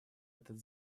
этот